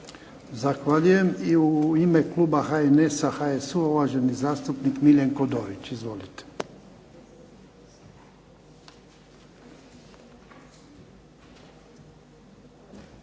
Zahvaljujem. I u ime kluba HNS-a, HSU-a uvaženi zastupnik Miljenko Dorić. Izvolite.